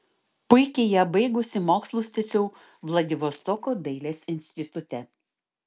puikiai ją baigusi mokslus tęsiau vladivostoko dailės institute